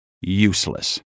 useless